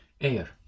air